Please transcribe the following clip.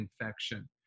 infection